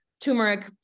turmeric